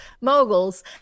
moguls